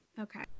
Okay